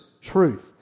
truth